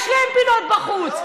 אבל יש להם פינות בחוץ.